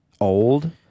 old